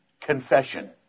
confession